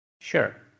Sure